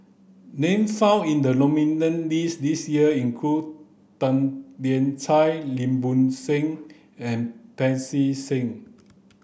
name found in the list this year include Tan Lian Chye Lim Bo Seng and Pancy Seng